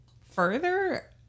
further